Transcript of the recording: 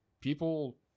People